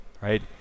right